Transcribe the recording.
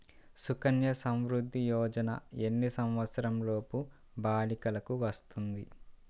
సుకన్య సంవృధ్ది యోజన ఎన్ని సంవత్సరంలోపు బాలికలకు వస్తుంది?